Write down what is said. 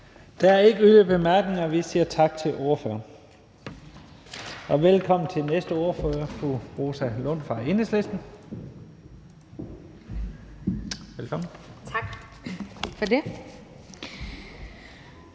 yderligere korte bemærkninger. Vi siger tak til ordføreren og velkommen til den næste ordfører, fru Rosa Lund fra Enhedslisten. Velkommen. Kl.